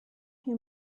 who